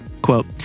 Quote